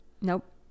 Nope